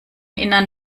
innern